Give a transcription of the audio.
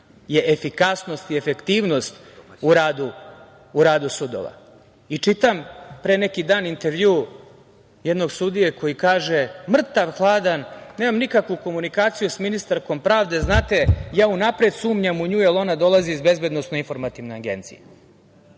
je efikasnost i efektivnost u radu sudova. Čitam pre neki dan intervju jednog sudije koji kaže mrtav hladan – nemam nikakvu komunikaciju sa ministarkom pravde. Znate, unapred sumnjam u nju, jer ona dolazi iz BIA. Jel to sramota da neko